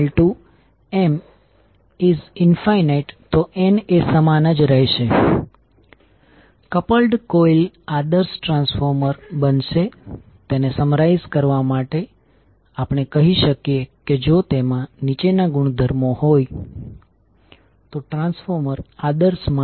કારણ કે કોઇલ 1 ના ડોટેડ ટર્મિનલમાં i1 પ્રવેશ કરે છે અને કોઇલ 2 ના ડોટેડ ટર્મિનલ પર v2 એ પોઝિટિવ છે